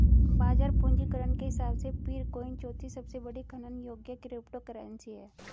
बाजार पूंजीकरण के हिसाब से पीरकॉइन चौथी सबसे बड़ी खनन योग्य क्रिप्टोकरेंसी है